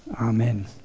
Amen